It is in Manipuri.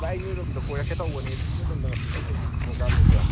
ꯚꯥꯏ ꯑꯩ ꯅꯣꯏꯔꯣꯝꯗ ꯀꯣꯏꯔꯛꯀꯦ ꯇꯧꯕꯅꯦ ꯑꯗꯣ ꯅꯣꯏꯔꯣꯝꯗ ꯉꯁꯤ ꯀꯔꯤ ꯀꯔꯤ ꯄ꯭ꯔꯣꯒꯥꯝ ꯂꯩꯒꯦ